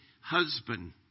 husband